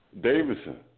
Davidson